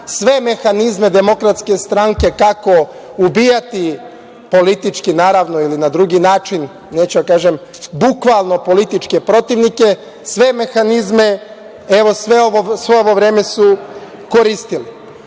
sve mehanizme Demokratske stranke, kako ubijati politički, naravno ili na drugi način, neću da kažem bukvalno, političke protivnike, sve mehanizme, sve ovo vreme su koristili. Ono